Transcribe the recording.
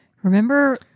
Remember